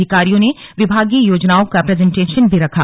अधिकारियों ने विभागीय योजनाओं का प्रेजेंटेशन भी रखा